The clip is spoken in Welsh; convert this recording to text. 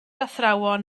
athrawon